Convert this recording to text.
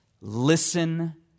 listen